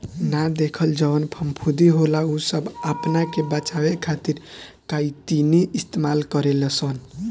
ना देखल जवन फफूंदी होला उ सब आपना के बचावे खातिर काइतीने इस्तेमाल करे लसन